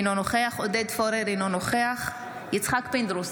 אינו נוכח עודד פורר, אינו נוכח יצחק פינדרוס,